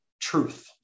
truth